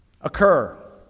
occur